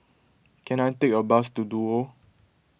can I take a bus to Duo